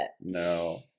No